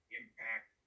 impact